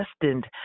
destined